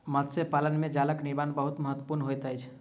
मत्स्य पालन में जालक निर्माण बहुत महत्वपूर्ण होइत अछि